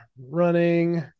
running